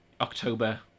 October